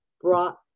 brought